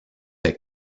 est